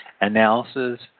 analysis